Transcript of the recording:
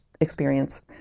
experience